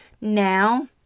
Now